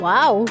Wow